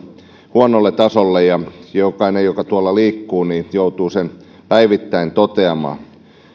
huonolle tasolle jokainen joka tuolla liikkuu joutuu sen päivittäin toteamaan